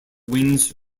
wings